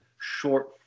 short